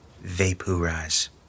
Vaporize